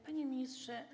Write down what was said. Panie Ministrze!